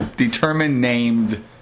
determined-named